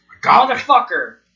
Motherfucker